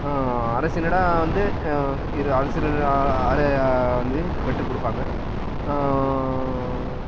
அரசினிடம் வந்து இரு அரசின வந்து பெற்றுக் கொடுப்பாங்க